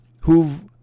who've